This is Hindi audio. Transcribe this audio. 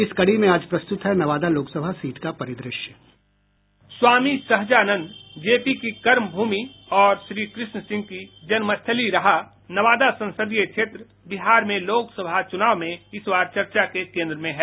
इस कड़ी में आज प्रस्तुत है नवादा लोकसभा सीट का परिदृश्य बाईट अशोक प्रियदर्शी स्वामी सहजानंद जेपी की कर्मभूमि और श्री कृष्ण सिंह की जन्मस्थली रहा नवादा संसदीय क्षेत्र बिहार में लोक सभा चुनाव में इस बार चर्चा के केंद्र में है